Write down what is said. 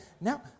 Now